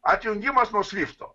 atjungimas nuo swifto